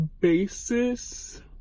basis